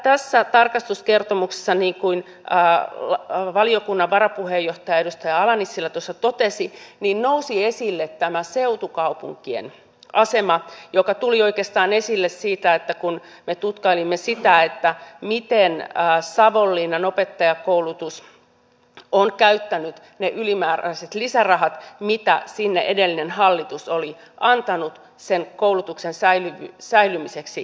tässä tarkastuskertomuksessa niin kuin valiokunnan varapuheenjohtaja edustaja ala nissilä tuossa totesi nousi esille tämä seutukaupunkien asema joka tuli oikeastaan esille siitä kun me tutkailimme sitä miten savonlinnan opettajankoulutus on käyttänyt ne ylimääräiset lisärahat mitä sinne edellinen hallitus oli antanut sen koulutuksen säilymiseksi paikkakunnalla